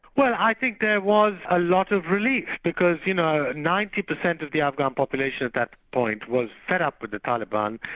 well i think there was a lot of relief, because you know, ninety per cent of the afghan population at that point was fed up with the taliban.